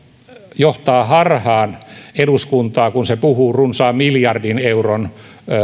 johtaa harhaan eduskuntaa kun se puhuu runsaan miljardin euron